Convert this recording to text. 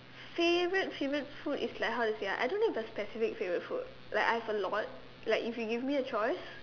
favourite favourite food it's like how to say ah I don't have a specific favourite food like I have a lot like if you give me a choice